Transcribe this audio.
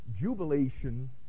jubilation